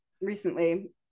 recently